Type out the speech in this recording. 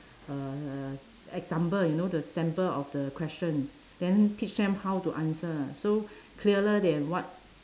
uh example you know the sample of the question then teach them how to answer so clearer than what